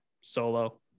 solo